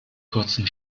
kurzen